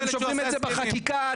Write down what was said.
שוברים שיא בחקיקה,